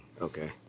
Okay